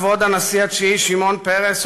כבוד הנשיא התשיעי שמעון פרס,